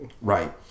Right